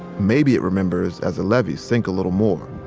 maybe it remembers as the levees sink a little more.